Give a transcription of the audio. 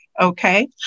Okay